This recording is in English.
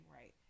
right